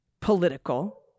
political